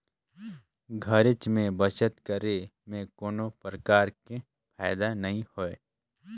घरेच में बचत करे में कोनो परकार के फायदा नइ होय